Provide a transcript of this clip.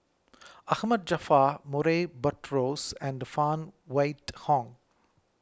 Ahmad Jaafar Murray Buttrose and Phan Wait Hong